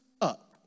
up